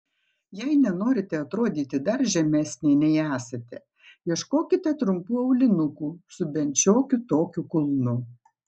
jei nenorite atrodyti dar žemesnė nei esate ieškokite trumpų aulinukų su bent šiokiu tokiu kulnu